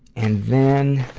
and then,